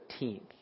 13th